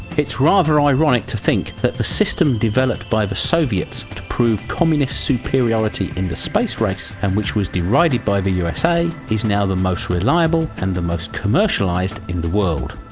it's rather ironic to think that the system developed by the soviets to prove communist superiority in the space race and which was divided by the usa is now the most reliable and the most commercialized in the world.